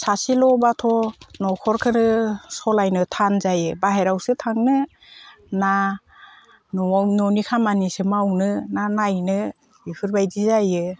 सासेल'बाथ' न'खरखौनो सालायनो थान जायो बाहेरावसो थांनो ना न'नि खामानिसो मावनो ना नायनो बेफोरबायदि जायो